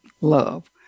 love